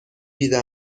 دیده